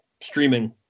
streaming